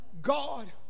God